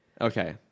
Okay